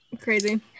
Crazy